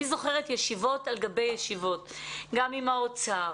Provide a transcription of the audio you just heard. אני זוכרת ישיבות על גבי ישיבות גם עם האוצר,